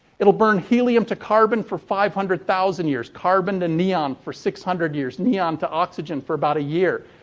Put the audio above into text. it'll burn helium to carbon for five hundred thousand years. carbon to neon for six hundred years. neon to oxygen for about a year.